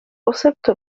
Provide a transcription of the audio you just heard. أصبت